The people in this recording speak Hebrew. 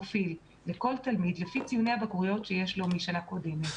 פרופיל לכל תלמיד לפי ציוני הבגרויות שיש לו משנה קודמת.